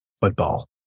football